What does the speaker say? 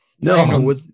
No